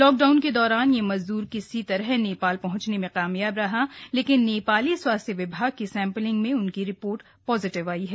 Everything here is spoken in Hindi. लॉकडाउन के दौरान यह मजद्र किसी तरह नेपाल पहंचने में कामयाब रहा लेकिन नेपाली स्वास्थ्य विभाग की सैम्पलिंग में उसकी रिपोर्ट पॉजिटिव आयी है